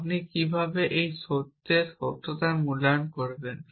আপনি কীভাবে এই ধরনের বাক্যের সত্যতার মূল্যায়ন করবেন